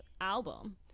album